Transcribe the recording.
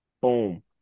Boom